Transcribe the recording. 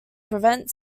prevent